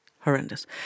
horrendous